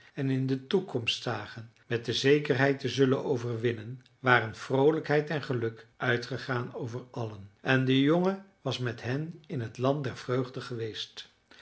en in de toekomst zagen met de zekerheid te zullen overwinnen waren vroolijkheid en geluk uitgegaan over allen en de jongen was met hen in het land der vreugde geweest